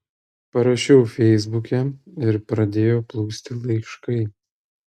parašiau feisbuke ir pradėjo plūsti laiškai